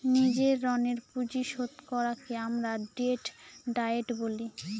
নিজের ঋণের পুঁজি শোধ করাকে আমরা ডেট ডায়েট বলি